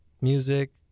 music